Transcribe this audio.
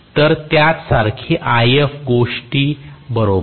तर त्याच सारखे If गोष्टी बरोबर आहे